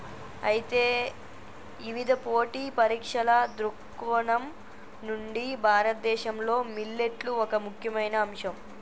అయితే ఇవిధ పోటీ పరీక్షల దృక్కోణం నుండి భారతదేశంలో మిల్లెట్లు ఒక ముఖ్యమైన అంశం